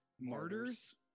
Martyrs